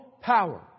power